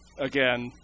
again